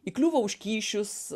įkliūvo už kyšius